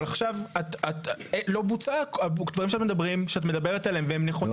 אבל הדברים שאת מדברת עליהם לא בוצעו.